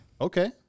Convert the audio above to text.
Okay